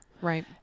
Right